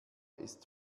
ist